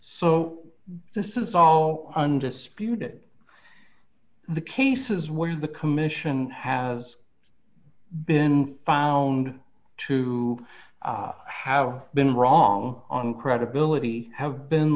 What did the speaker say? so this is all undisputed the cases where the commission have been found to have been wrong on credibility have been